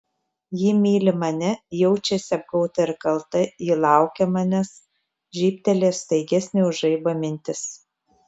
ji myli mane jaučiasi apgauta ir kalta ji laukia manęs žybtelėjo staigesnė už žaibą mintis